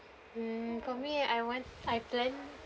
mm for me I want my plan